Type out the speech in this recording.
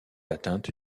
atteinte